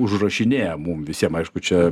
užrašinėja mum visiem aišku čia